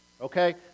okay